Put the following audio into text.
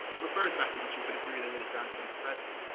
refers back to history, but it's really, really grounded in the present.